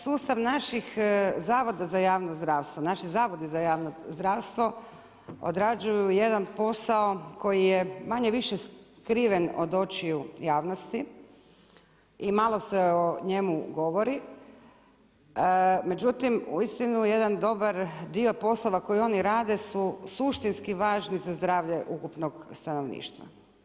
Sustav naših zavoda za javno zdravstvo, naši zavodi za javno zdravstvo odrađuju jedan posao koji je manje-više skriven od očiju javnosti i malo se o njemu govori, međutim uistinu jedan dobar dio poslova koji oni rade su suštinski važni za zdravlje ukupnog stanovništva.